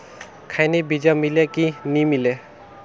खैनी बिजा मिले कि नी मिले?